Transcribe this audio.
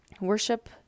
worship